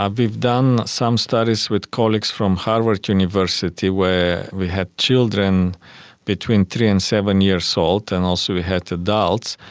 um we've done some studies with colleagues from harvard university where we had children between three and seven years old and also we had adults,